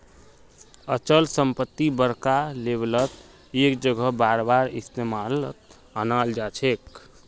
अचल संपत्ति बड़का लेवलत एक जगह बारबार इस्तेमालत अनाल जाछेक